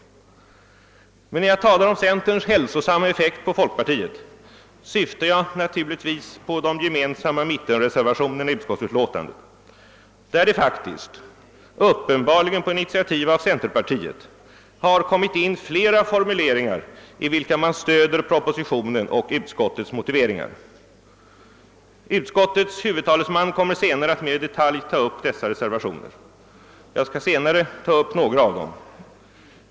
Men när jag talar om centerns hälsosamma effekt på folkpartiet syftar jag naturligtvis på de gemensamma mittenreservationerna i statsutskottets utlåtande nr 168, där det faktiskt — uppenbarligen på initiativ av centerpartiet — har kommit in flera formuleringar i vilka man stöder propositionen och utskottets motiveringar. Utskottets huvudtalesman kommer senare att mer i detalj ta upp dessa reservationer, och jag skall själv något längre fram gå in på några av dem.